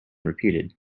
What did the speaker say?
repeated